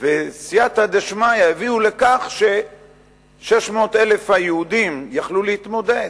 וסייעתא דשמיא הביאו לכך ש-600,000 היהודים יכלו להתמודד.